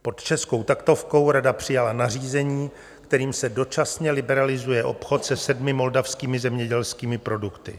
Pod českou taktovkou Rada přijala nařízení, kterým se dočasně liberalizuje obchod se sedmi moldavskými zemědělskými produkty.